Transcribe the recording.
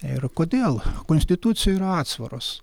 ir kodėl konstitucija yra atsvaros